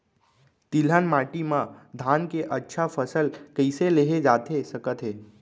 तिलहन माटी मा धान के अच्छा फसल कइसे लेहे जाथे सकत हे?